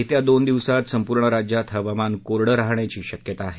येत्या दोन दिवसात संपूर्ण राज्यात हवामान कोरडं राहण्याची शक्यता आहे